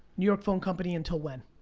new york phone company until when?